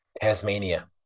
Tasmania